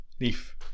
Leaf